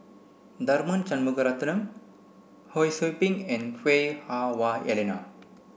Tharman Shanmugaratnam Ho Sou Ping and Lui Hah Wah Elena